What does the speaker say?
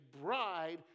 bride